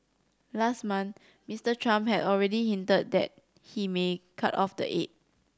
last month Mister Trump had already hinted that he may cut off the aid